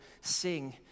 sing